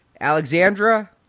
Alexandra